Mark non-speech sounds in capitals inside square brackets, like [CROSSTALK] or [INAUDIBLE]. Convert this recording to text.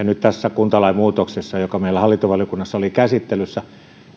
[UNINTELLIGIBLE] nyt tämän kuntalain muutoksen yhteydessä joka meillä hallintovaliokunnassa oli käsittelyssä